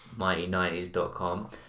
mighty90s.com